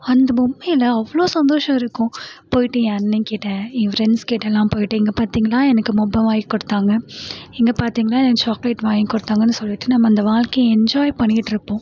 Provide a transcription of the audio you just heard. அந்த பொம்மையில் அவ்வளோ சந்தோசோம் இருக்கும் போய்ட்டு என் அண்ணன் கிட்ட என் ஃப்ரென்ஸ்கிட்டலாம் போய்ட்டு இங்கே பாத்திங்களா எனக்கு பொம்மை வாங்கி கொடுத்தாங்கள் இங்கே பாத்திங்களா எனக்கு சாக்லேட் வாங்கி கொடுத்தாங்க சொல்லிட்டு நம்ம இந்த வாழ்கையை எஞ்ஜாய் பண்ணிட்டு இருப்போம்